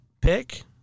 pick